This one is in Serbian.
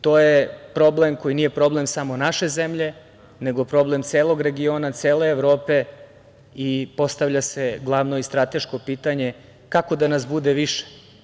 To je problem koji nije problem samo naše zemlje, nego problem celog regiona, cele Evrope i postavlja se glavno i strateško pitanje - kako da nas bude više?